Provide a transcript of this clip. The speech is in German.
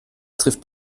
trifft